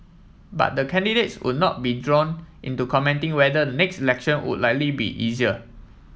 but the candidates would not be drawn into commenting whether next election would likely be easier